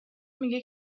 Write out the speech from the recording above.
میگه